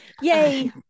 Yay